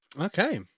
Okay